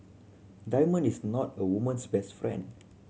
diamond is not a woman's best friend